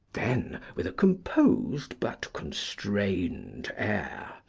then with a composed but constrained air